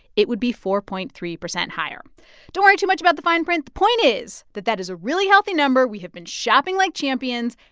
it would be four point three zero higher don't worry too much about the fine print. the point is that that is a really healthy number. we have been shopping like champions.